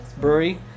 brewery